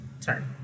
turn